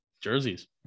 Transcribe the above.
jerseys